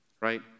right